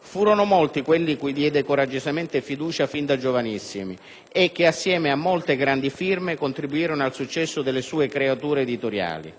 Furono molti quelli cui diede coraggiosamente fiducia fin da giovanissimi e che, assieme a molte grandi firme, contribuirono al successo delle sue creature editoriali.